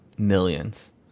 Millions